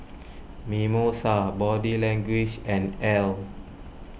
Mimosa Body Language and Elle